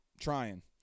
Trying